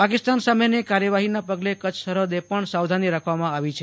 પાકિસ્તાન સામેની કાર્ય વાહીના પગલે કચ્છ સરહદે પણ સાવધાની રાખવામાં આવી છે